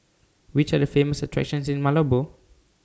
Which Are The Famous attractions in Malabo